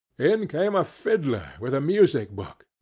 in came a fiddler with a music-book,